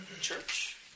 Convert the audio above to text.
church